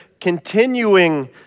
continuing